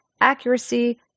accuracy